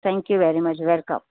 thank you very much welcome bye